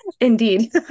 indeed